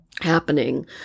happening